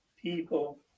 people